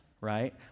right